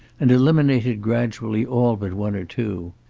and eliminated gradually all but one or two.